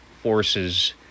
forces